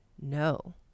No